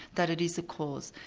that it is a cause.